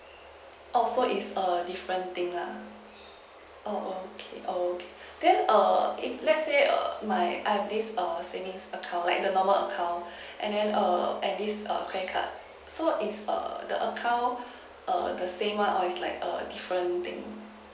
oh so it's a different thing lah oh okay oh okay then err if let's say err my I have this err savings account like the normal account and then err add this err credit card so it's a the account err the same one or it's like a different thing